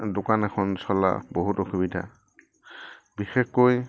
দোকান এখন চলা বহুত অসুবিধা বিশেষকৈ